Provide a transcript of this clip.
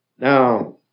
Now